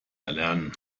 erlernen